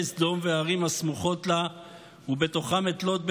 סדום והערים הסמוכות לה ובהם את לוט,